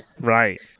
right